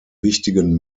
wichtigen